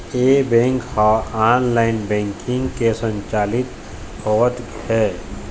ए bank ह online banking ले संचालित होवत हे